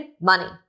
money